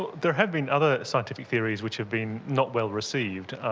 there had been other scientific theories which have been not well received.